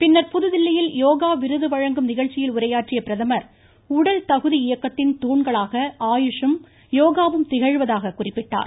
பின்னர் புதுதில்லியில் யோகா விருது வழங்கும் நிகழ்ச்சியில் உரையாற்றிய அவர் உடல் தகுதி இயக்கத்தின் தூண்களாக ஆயுஷ் ம் யோகாவும் திகழ்வதாக குறிப்பிட்டார்